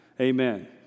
Amen